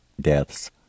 deaths